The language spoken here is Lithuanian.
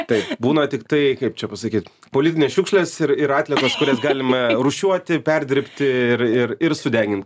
taip būna tiktai kaip čia pasakyt politinės šiukšlės ir ir atliekos kurias galima rūšiuoti perdirbti ir ir ir sudegint